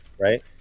right